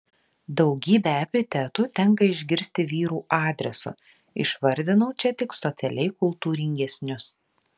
daugybę epitetų tenka išgirsti vyrų adresu išvardinau čia tik socialiai kultūringesnius